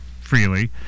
freely